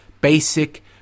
Basic